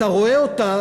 אתה רואה אותה.